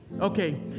Okay